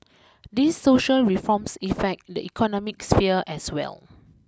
these social reforms effect the economic sphere as well